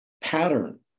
Pattern